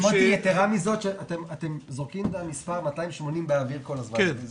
יתרה מזאת שאתם זורקים את המספר 280 באוויר כל הזמן.